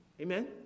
Amen